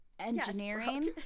Engineering